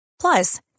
Plus